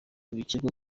bikekwa